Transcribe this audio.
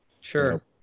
Sure